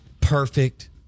perfect